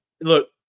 look